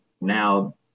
now